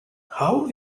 how